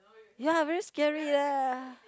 ya very scary leh